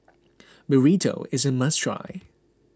Burrito is a must try